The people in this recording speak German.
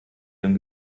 dem